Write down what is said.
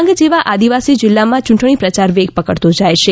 ડાંગ જેવા આદિવાસી જિલ્લા માં ચૂંટણી પ્રચાર વેગ પકડતો જાય છે